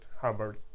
hubbard